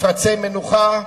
מפרצי מנוחה,